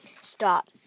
stop